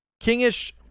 Kingish